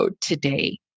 today